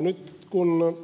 nyt kun